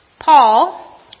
Paul